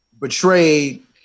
betrayed